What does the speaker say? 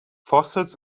fossils